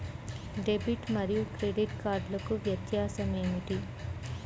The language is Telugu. డెబిట్ మరియు క్రెడిట్ కార్డ్లకు వ్యత్యాసమేమిటీ?